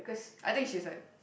I think she's like